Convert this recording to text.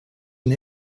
and